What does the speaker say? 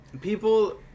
people